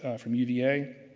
from uva.